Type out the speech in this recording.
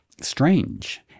strange